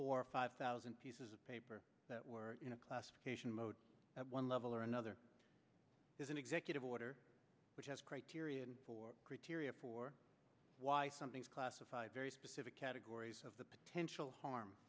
four or five thousand pieces of paper that were in a classification mode at one level or another as an executive order which has criteria for criteria for why something is classified very specific categories of the potential harm